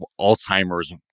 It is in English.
Alzheimer's